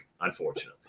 unfortunately